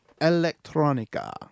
Electronica